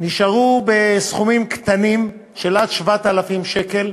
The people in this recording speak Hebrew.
נשארו בסכומים קטנים של עד 7,000 שקלים.